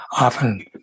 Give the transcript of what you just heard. often